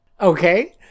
Okay